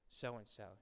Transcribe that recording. so-and-so